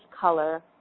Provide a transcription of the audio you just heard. color